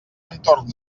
entorn